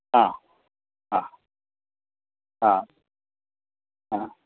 हा हा हा हा